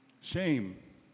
shame